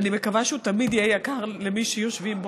ואני מקווה שהוא תמיד יהיה יקר למי שיושבים בו.